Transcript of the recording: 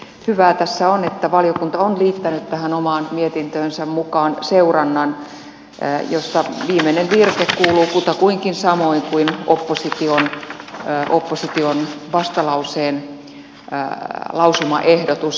hyvää tässä on että valiokunta on liittänyt tähän omaan mietintöönsä mukaan seurannan josta viimeinen virke kuuluu kutakuinkin samoin kuin opposition vastalauseen lausumaehdotus